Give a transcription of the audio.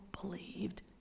believed